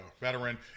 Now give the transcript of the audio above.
veteran